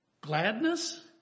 Gladness